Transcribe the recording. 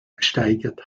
ersteigert